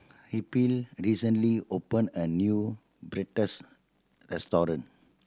Raphael recently opened a new Pretzel restaurant